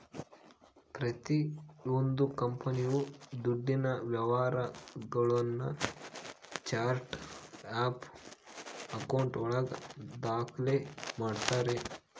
ಪ್ರತಿಯೊಂದು ಕಂಪನಿಯು ದುಡ್ಡಿನ ವ್ಯವಹಾರಗುಳ್ನ ಚಾರ್ಟ್ ಆಫ್ ಆಕೌಂಟ್ ಒಳಗ ದಾಖ್ಲೆ ಮಾಡ್ತಾರೆ